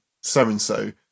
so-and-so